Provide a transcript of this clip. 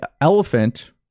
elephant